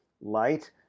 light